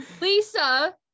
Lisa